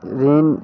ऋण